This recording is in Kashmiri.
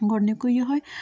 گۄڈٕنیُکُے یِہوٚے